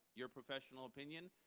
your professional opinion?